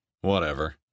Whatever